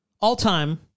all-time